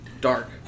Dark